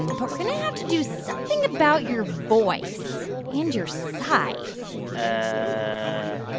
and but we're going to have to do something about your voice and your size. ah